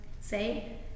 say